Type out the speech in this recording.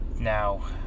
Now